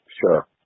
Sure